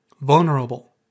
Vulnerable